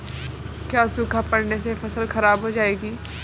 क्या सूखा पड़ने से फसल खराब हो जाएगी?